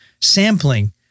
sampling